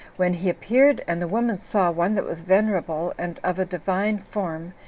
when he appeared, and the woman saw one that was venerable, and of a divine form,